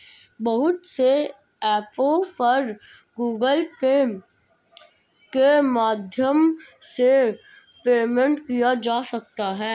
बहुत से ऐपों पर गूगल पे के माध्यम से पेमेंट किया जा सकता है